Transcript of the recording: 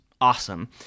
awesome